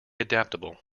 adaptable